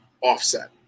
offset